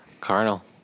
Carnal